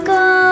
go